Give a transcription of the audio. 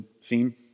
scene